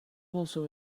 also